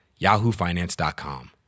yahoofinance.com